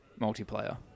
multiplayer